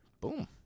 Boom